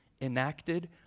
enacted